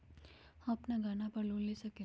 हम अपन गहना पर लोन ले सकील?